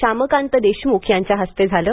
शामकांत देशमुख यांच्या हस्ते झालं